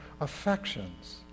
affections